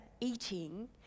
eating